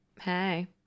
hey